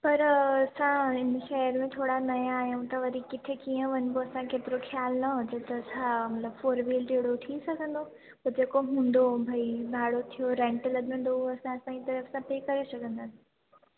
पर असां हिन शहर में थोरा नया आहियूं त वरी किथे कीअं वञिबो असांखे एतिरो ख़्यालु न हुजे त छा मतलबु फोर व्हीलर जहिड़ो थी सघंदो पोइ जेको हूंदो भाई भाड़ो थियो रेंट लॻंदो उहो असां तव्हां जी तरफ सां पे करे छॾींदासीं